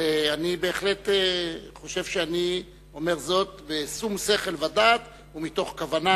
אני בהחלט חושב שאני אומר זאת בשום שכל ודעת ומתוך כוונה.